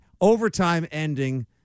overtime-ending